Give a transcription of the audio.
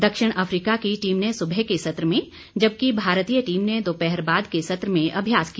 दक्षिण अफ्रीका की टीम ने सुबह के सत्र में जबकि भारतीय टीम ने दोपहर बाद के सत्र में अभ्यास किया